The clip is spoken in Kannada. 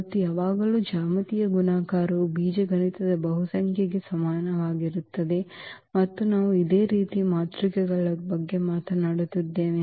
ಮತ್ತು ಯಾವಾಗಲೂ ಜ್ಯಾಮಿತೀಯ ಗುಣಾಕಾರವು ಬೀಜಗಣಿತದ ಬಹುಸಂಖ್ಯೆಗೆ ಸಮನಾಗಿರುತ್ತದೆ ಮತ್ತು ನಾವು ಇದೇ ರೀತಿಯ ಮಾತೃಕೆಗಳ ಬಗ್ಗೆ ಮಾತನಾಡಿದ್ದೇವೆ